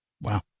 wow